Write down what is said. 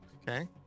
Okay